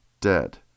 Dead